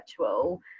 virtual